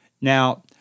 Now